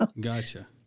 Gotcha